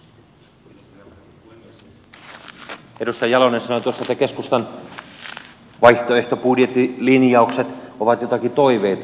edustaja jalonen sanoi tuossa että keskustan vaihtoehtobudjettilinjaukset ovat joitakin toiveita